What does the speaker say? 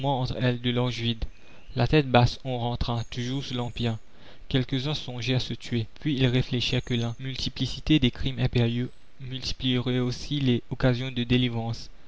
de larges vides la tête basse on rentra toujours sous l'empire quelquesuns songeaient à se tuer puis ils réfléchirent que la multiplicité des crimes impériaux multiplierait aussi les occasions de délivrance